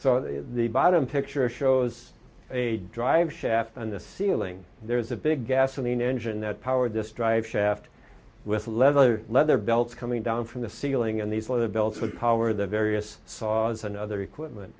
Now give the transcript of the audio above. so the bottom picture shows a driveshaft on the ceiling there is a big gasoline engine that powered this drive shaft with leather leather belts coming down from the ceiling and these leather belts would power the various saws and other equipment